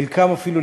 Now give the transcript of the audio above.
חלקם אפילו,